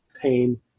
pain